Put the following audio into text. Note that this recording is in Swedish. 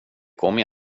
kommer